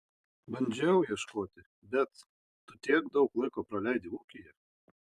bandžiau ieškoti bet tu tiek daug laiko praleidi ūkyje